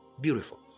Beautiful